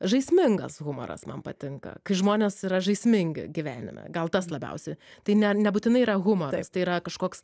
žaismingas humoras man patinka kai žmonės yra žaismingi gyvenime gal tas labiausiai tai ne nebūtinai yra humoras tai yra kažkoks